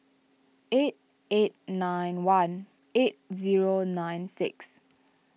eight eight nine one eight zero nine six